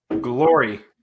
Glory